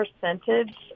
percentage